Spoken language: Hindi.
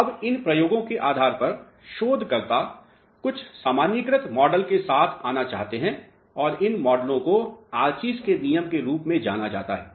अब इन प्रयोगों के आधार पर शोधकर्ता कुछ सामान्यीकृत मॉडल के साथ आना चाहते हैं और इन मॉडलों को आर्ची के नियम के रूप में जाना जाता है